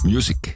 Music